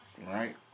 right